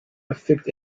affect